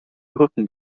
rücken